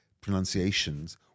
pronunciations